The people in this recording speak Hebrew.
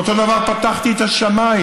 ואותו דבר פתחתי את השמיים,